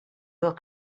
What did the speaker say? look